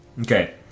Okay